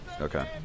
Okay